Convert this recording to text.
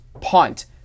punt